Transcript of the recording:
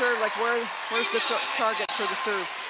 like, where's where's the so target for the serve.